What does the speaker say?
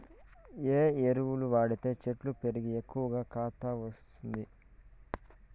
ఏ ఎరువులు వాడితే చెట్టు పెరిగి ఎక్కువగా కాత ఇస్తుంది?